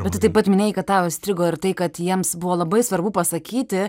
bet tu taip pat minėjai kad tau įstrigo ir tai kad jiems buvo labai svarbu pasakyti